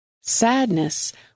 Sadness